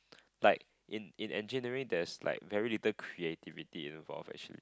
like in in engineering there's like very little creativity you know for affection